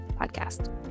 podcast